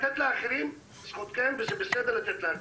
בסדר.